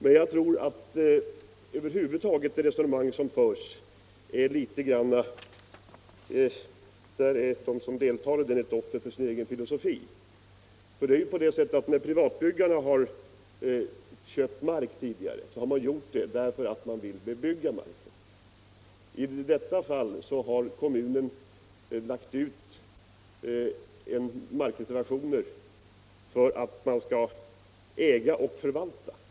Men jag vill säga att jag tror att de som deltar i de resonemang som förs i den frågan är ett offer för sin egen filosofi. När privatbyggarna tidigare köpt mark har de gjort det därför att de vill bebygga marken. I detta fall har kommunen lagt ut markreservationer för att kunna äga och förvalta marken.